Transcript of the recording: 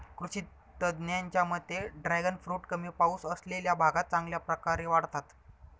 कृषी तज्ज्ञांच्या मते ड्रॅगन फ्रूट कमी पाऊस असलेल्या भागात चांगल्या प्रकारे वाढतात